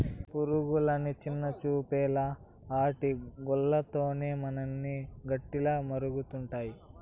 పురుగులని చిన్నచూపేలా ఆటి గూల్ల తోనే మనకి గుడ్డలమరుతండాయి